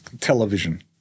television